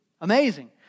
Amazing